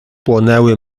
płonęły